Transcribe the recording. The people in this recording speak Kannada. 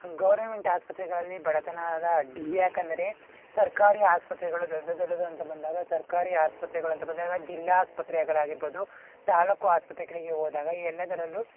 ಗೌರ್ನಮೆಂಟ್ ಆಸ್ಪತ್ರೆಗಳಲ್ಲಿ ಬಡತನದ ಅಡ್ಡಿ ಏಕೆಂದರೆ ಸರ್ಕಾರಿ ಆಸ್ಪತ್ರೆಗಳು ದೊಡ್ಡ ದೊಡ್ಡದು ಅಂತ ಬಂದಾಗ ಸರ್ಕಾರಿ ಆಸ್ಪತ್ರೆಗಳು ಅಂತ ಬಂದಾಗ ಜಿಲ್ಲಾಸ್ಪತ್ರೆಗಳಾಗಿರ್ಬೋದು ತಾಲ್ಲೂಕು ಆಸ್ಪತ್ರೆಗಳಿಗೆ ಹೋದಾಗ ಎಲ್ಲದರಲ್ಲೂ